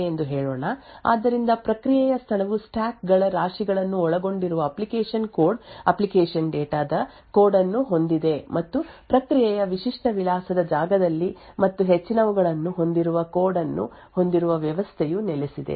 ಆದ್ದರಿಂದ ಇದು ನಮ್ಮ ಪ್ರಕ್ರಿಯೆಯ ಸ್ಥಳವಾಗಿದೆ ಎಂದು ಹೇಳೋಣ ಆದ್ದರಿಂದ ಪ್ರಕ್ರಿಯೆಯ ಸ್ಥಳವು ಸ್ಟಾಕ್ ಗಳ ರಾಶಿಗಳನ್ನು ಒಳಗೊಂಡಿರುವ ಅಪ್ಲಿಕೇಶನ್ ಕೋಡ್ ಅಪ್ಲಿಕೇಶನ್ ಡೇಟಾ ದ ಕೋಡ್ ಅನ್ನು ಹೊಂದಿದೆ ಮತ್ತು ಪ್ರಕ್ರಿಯೆಯ ವಿಶಿಷ್ಟ ವಿಳಾಸದ ಜಾಗದಲ್ಲಿ ಮತ್ತು ಹೆಚ್ಚಿನವುಗಳನ್ನು ಹೊಂದಿರುವ ಕೋಡ್ ಅನ್ನು ಹೊಂದಿರುವ ವ್ಯವಸ್ಥೆಯು ನೆಲೆಸಿದೆ